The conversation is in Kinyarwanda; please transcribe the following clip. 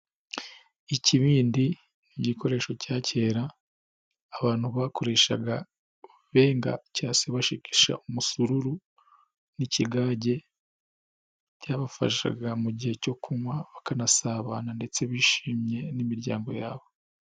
Ikibindi ni igikoresho cya kera, abantu bakoreshaga benga cya se bashigisha umusururu n'ikigage, cyabafashaga mu gihe cyo kunywa bakanasabana ndetse bishimye n'imiryango yabo.